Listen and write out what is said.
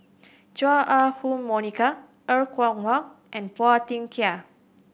Chua Ah Huwa Monica Er Kwong Wah and Phua Thin Kiay